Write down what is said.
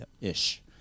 ish